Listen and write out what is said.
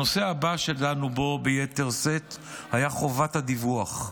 הנושא הבא שדנו בו ביתר שאת היה חובת הדיווח.